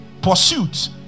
pursuits